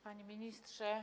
Panie Ministrze!